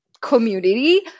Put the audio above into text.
community